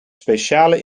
speciale